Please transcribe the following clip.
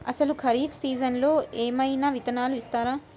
అసలు ఖరీఫ్ సీజన్లో ఏమయినా విత్తనాలు ఇస్తారా?